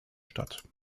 statt